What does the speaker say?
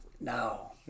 No